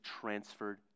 transferred